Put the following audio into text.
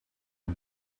are